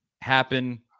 happen